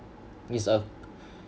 it's a